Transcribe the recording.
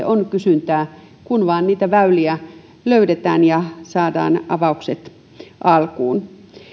on kysyntää kun vain niitä väyliä löydetään ja saadaan avaukset alkuun